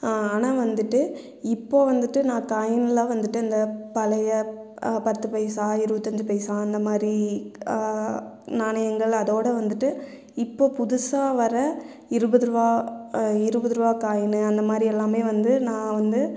ஆனால் வந்துவிட்டு இப்போது வந்துவிட்டு நான் காயின்லாம்ன் வந்துவிட்டு இந்த பழைய பத்து பைசா இருபத்தஞ்சி பைசா அந்தமாதிரி நாணயங்கள் அதோடு வந்துவிட்டு இப்போ புதுசாக வர இருபது ரூபாய் இருபது ரூபாய் காயின்னு அந்தமாதிரி எல்லாமே வந்து நான் வந்து